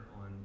on